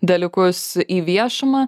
dalykus į viešumą